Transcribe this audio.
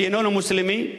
איננו מוסלמי,